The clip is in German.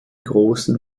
großen